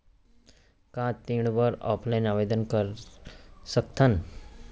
का ऋण बर ऑफलाइन आवेदन कर सकथन?